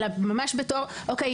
אלא ממש בתור "אוקיי,